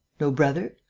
no brother?